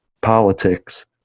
politics